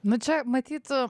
nu čia matyt